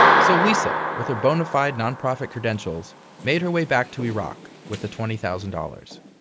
so lisa, with her bonafide non-profit credentials made her way back to iraq with the twenty thousand dollars.